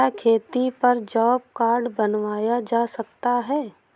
क्या खेती पर जॉब कार्ड बनवाया जा सकता है?